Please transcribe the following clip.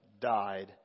died